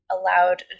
allowed